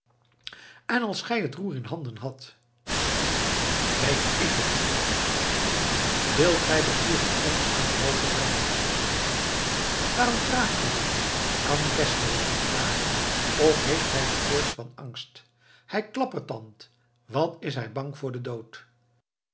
en als gij het roer in handen hadt weet ik het wilt gij beproeven ons aan den wal te brengen waarom vraagt gij dat kan geszler het niet vragen of heeft hij de koorts van angst hij klappertandt wat is hij bang voor den dood